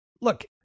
Look